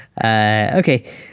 okay